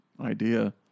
idea